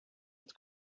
its